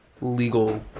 legal